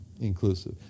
inclusive